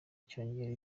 byongera